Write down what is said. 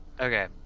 Okay